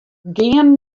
gean